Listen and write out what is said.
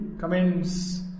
comments